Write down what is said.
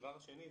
דבר שני,